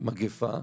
של מגפה,